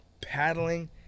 paddling